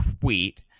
tweet